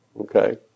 Okay